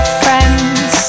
friends